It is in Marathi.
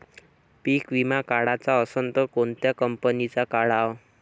पीक विमा काढाचा असन त कोनत्या कंपनीचा काढाव?